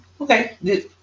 Okay